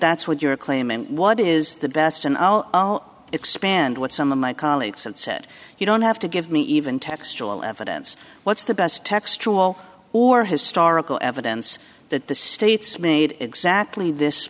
that's what your claim and what is the best and expand what some of my colleagues and said you don't have to give me even textual evidence what's the best textual or historical evidence that the states made exactly this